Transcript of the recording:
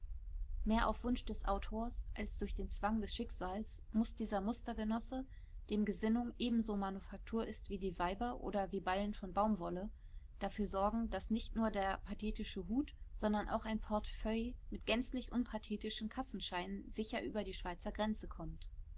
mehr auf wunsch des autors als durch den zwang des schicksals muß dieser mustergenosse dem gesinnung ebenso manufaktur ist wie die weiber oder wie ballen von baumwolle dafür sorgen daß nicht nur der pathetische hut sondern auch ein portefeuille mit gänzlich unpathetischen kassenscheinen sicher über die schweizer grenze kommt